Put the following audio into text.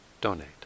donate